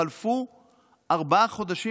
חלפו ארבעה חודשים,